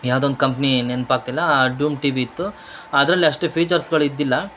ಯಾವ್ದೊಂದು company ನೆನ್ಪಾಗ್ತಿಲ್ಲ ಆ ಡೂಮ್ ಟಿವಿ ಇತ್ತು ಅದ್ರಲ್ಲಿ ಅಷ್ಟು ಫೀಚರ್ಸ್ಗಳು ಇದ್ದಿಲ್ಲ